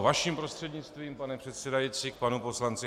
Vaším prostřednictvím, pane předsedající, k panu poslanci Hájkovi.